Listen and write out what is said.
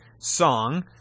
song